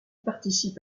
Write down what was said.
participe